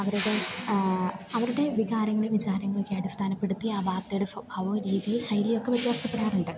അവരുടെ അവരുടെ വികാരങ്ങളും വിചാരങ്ങളും ഒക്കെ അടിസ്ഥാനപ്പെടുത്തി ആ വാർത്തയുടെ സ്വഭാവമോ രീതി ശൈലിയൊക്കെ വ്യത്യാസപ്പെടാറുണ്ട്